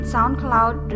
SoundCloud